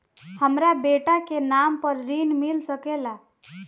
हमरा बेटा के नाम पर ऋण मिल सकेला?